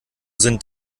sind